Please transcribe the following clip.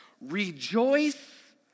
Rejoice